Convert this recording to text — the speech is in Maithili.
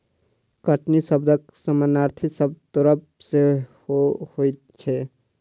कटनी शब्दक समानार्थी शब्द तोड़ब सेहो होइत छै